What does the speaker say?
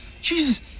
Jesus